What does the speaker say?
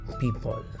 people